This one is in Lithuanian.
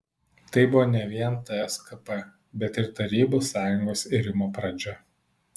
tai buvo ne vien tskp bet ir tarybų sąjungos irimo pradžia